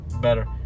better